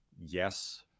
yes